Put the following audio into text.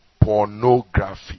pornography